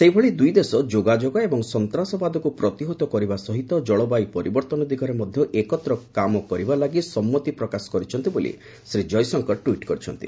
ସେହିଭଳି ଦୁଇ ଦେଶ ଯୋଗାଯୋଗ ଏବଂ ସନ୍ତାସବାଦକୁ ପ୍ରତିହତ କରିବା ସହିତ ଜଳବାୟୁ ପରିବର୍ତ୍ତନ ଦିଗରେ ମଧ୍ୟ ଏକତ୍ର କାମ କରିବା ଲାଗି ସମ୍ମତି ପ୍ରକାଶ କରିଛନ୍ତି ବୋଲି ଶ୍ରୀ ଜୟଶଙ୍କର ଟ୍ୱିଟ୍ କରିଛନ୍ତି